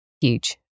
Huge